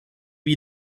wie